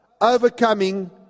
Overcoming